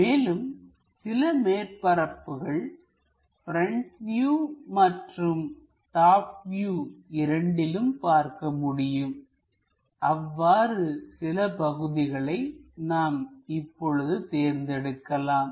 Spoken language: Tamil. மேலும் சில மேற்பரப்புகள் ப்ரெண்ட் வியூ மற்றும் டாப் வியூ இரண்டிலும் பார்க்க முடியும் அவ்வாறு சில பகுதிகளை நாம் இப்போது தேர்ந்தெடுக்கலாம்